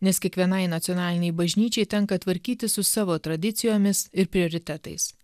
nes kiekvienai nacionalinei bažnyčiai tenka tvarkytis su savo tradicijomis ir prioritetais